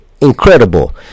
incredible